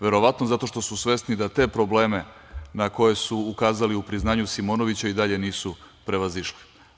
Verovatno zato što su svesni da te probleme na koje su ukazali u priznanju Simonovića i dalje nisu prevazišli.